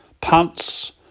pants